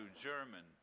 German